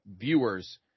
viewers